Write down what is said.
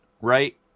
right